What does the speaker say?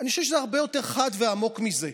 אני חושב שזה הרבה יותר חד ועמוק מזה,